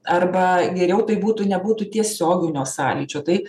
arba geriau tai būtų nebūtų tiesioginio sąlyčio tai